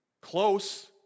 close